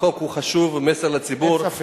שהחוק הוא חשוב, הוא מסר לציבור, אין ספק.